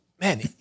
man